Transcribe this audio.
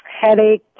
headache